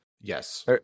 Yes